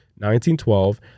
1912